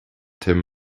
tim